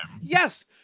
yes